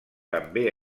també